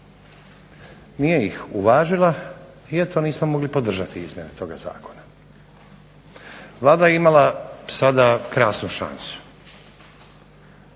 Nije ih uvažila i eto nismo mogli podržati izmjene toga zakona. Vlada je imala sada krasnu šansu